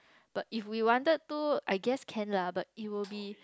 but if we wanted to I guess can lah but it will be